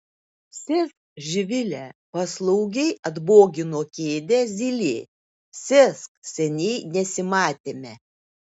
sėsk živile paslaugiai atbogino kėdę zylė sėsk seniai nesimatėme